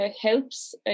helps